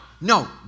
no